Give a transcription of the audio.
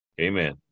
Amen